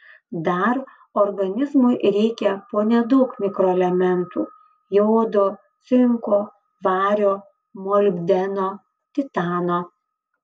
dar organizmui reikia po nedaug mikroelementų jodo cinko vario molibdeno titano